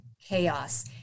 chaos